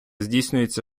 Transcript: здійснюється